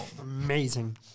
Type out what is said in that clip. Amazing